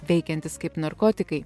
veikiantys kaip narkotikai